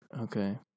Okay